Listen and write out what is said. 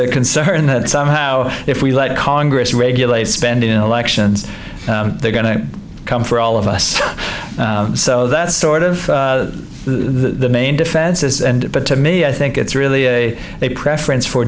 a concern that somehow if we let congress regulate spending elections they're going to come for all of us so that sort of the the main defense is and but to me i think it's really a a preference for